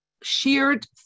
shared